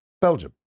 Belgium